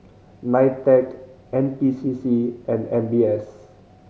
NITEC N P C C and M B S